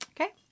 okay